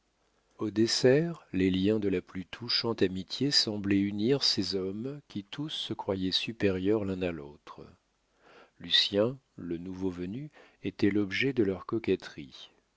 au dessert les liens de la plus touchante amitié semblaient unir ces hommes qui tous se croyaient supérieurs l'un à l'autre lucien le nouveau venu était l'objet de leurs coquetteries